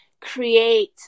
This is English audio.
create